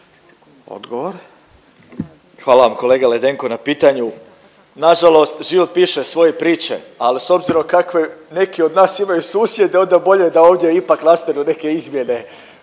(MOST)** Hvala vam kolega Ledenko na pitanju. Nažalost, život piše svoje priče, ali s obzirom kakve neki od nas imaju susjede onda bolje da ovdje ipak nastanu neke izmjene